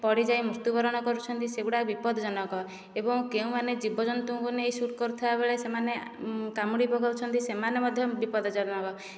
ପଡ଼ିଯାଇ ମୃତ୍ୟୁବରଣ କରୁଛନ୍ତି ସେଗୁଡ଼ାକ ବିପଦଜନକ ଏବଂ କେଉଁମାନେ ଜୀବଜନ୍ତୁଙ୍କୁ ନେଇ ଶୂଟ୍ କରୁଥିବା ବେଳେ ସେମାନେ କାମୁଡ଼ି ପକାଉଛନ୍ତି ସେମାନେ ମଧ୍ୟ ବିପଦଜନକ